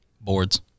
boards